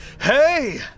Hey